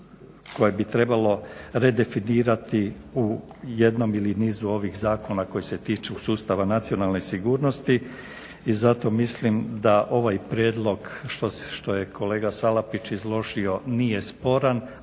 koje bi trebalo redefinirati u jednom ili nizu ovih zakona koji se tiču sustava nacionalne sigurnosti i zato mislim da ovaj prijedlog što je kolega Salapić izložio nije sporan,